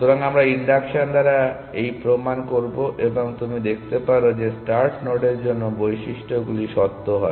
সুতরাং আমরা ইনডাকশন দ্বারা এই প্রমাণ করব এবং তুমি দেখতে পারো যে স্টার্ট নোডের জন্য বৈশিষ্ট্যগুলি সত্য হয়